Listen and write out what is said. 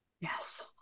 Yes